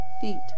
feet